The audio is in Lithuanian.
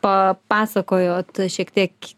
papasakojot šiek tiek